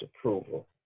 approval